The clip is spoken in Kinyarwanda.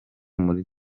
muri